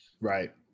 Right